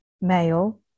male